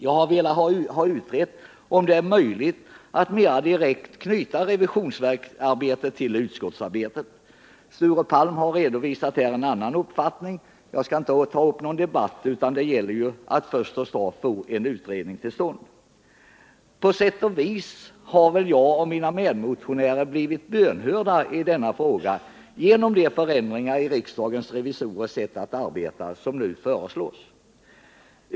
Jag har velat ha utrett om det är möjligt att mera direkt knyta revisionsarbetet till utskottsarbetet. Sture Palm har här redovisat en annan uppfattning — jag skall inte ta upp en debatt, utan det gäller ju att först, och snart, få en utredning till stånd. På sätt och vis har väl jag och mina medmotionärer blivit bönhörda i denna fråga genom de förändringar i riksdagens revisorers sätt att arbeta som nu föreslås.